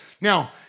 Now